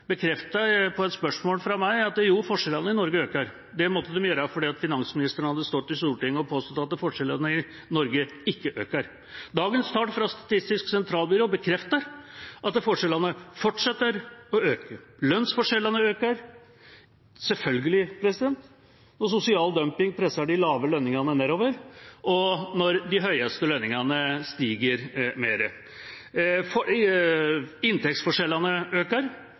på et spørsmål fra meg at jo, forskjellene i Norge øker. Det måtte de gjøre fordi finansministeren hadde stått i Stortinget og påstått at forskjellene i Norge ikke øker. Dagens tall fra Statistisk sentralbyrå bekrefter at forskjellene fortsetter å øke. Lønnsforskjellene øker – selvfølgelig, når sosial dumping presser de lave lønningene nedover, og når de høye lønningene stiger mer – inntektsforskjellene øker,